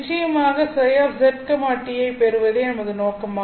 நிச்சயமாக ψzt ஐப் பெறுவதே நமது நோக்கமாகும்